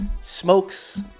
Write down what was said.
smokes